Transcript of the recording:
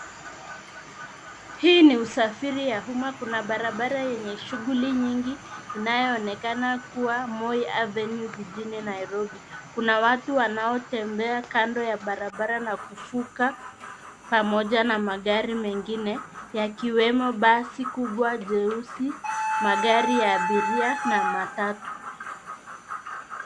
Hii ni usafiri ya umma, kuna barabara enye shughuli nyingi inayoonekana kuwa, Moi Avenue jijini nairobi. Kuna watu wanaotembea kando ya barabara na kuvuka pamoja na magari mengine yakiwemo basi kubwa jeusi, magari ya abiria na matatu.